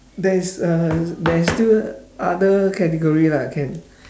there's uh there's still other category lah can